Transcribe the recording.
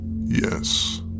Yes